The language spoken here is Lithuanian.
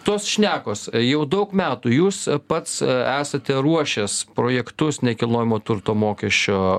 tos šnekos jau daug metų jūs pats esate ruošęs projektus nekilnojamo turto mokesčio